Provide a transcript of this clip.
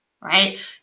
right